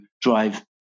drive